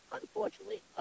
unfortunately